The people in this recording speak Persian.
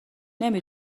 نمی